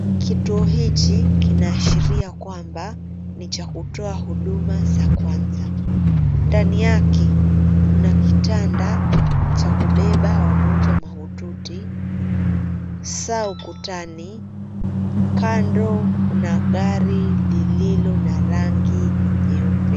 Kituo hiki kinaashiria kwamba ni cha kutoa huduma za kwanza. Ndani yake kuna kitanda cha kubeba wagonjwa mahututi, saa ukutani, kando kuna gari lililo na rangi nyeupe.